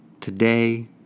today